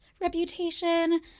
reputation